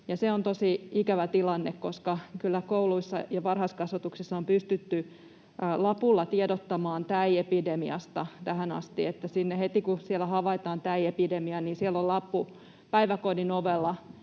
se on tosi ikävä tilanne, koska kyllä kouluissa ja varhaiskasvatuksessa on pystytty lapulla tiedottamaan täiepidemiasta tähän asti. Eli heti kun siellä havaitaan täiepidemia, niin siellä on lappu päiväkodin ovella